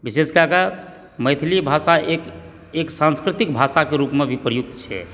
विशेष कएके मैथिली भाषा एक संस्कृतिक भाषाकेँ रूपमे भी प्रयुक्त छै